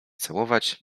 całować